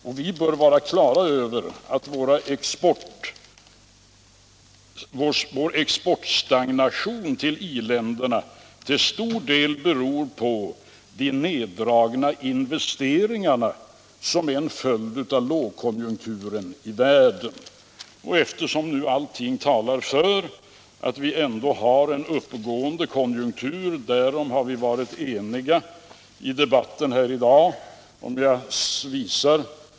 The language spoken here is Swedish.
Och vi bör vara klara över att vår exportstagnation till i-länderna till stor del beror på de neddragna investeringar som är en följd av lågkonjunkturen i världen.” Allting talar för att vi har en uppgående konjunktur — därom har vi varit eniga i debatten här i dag.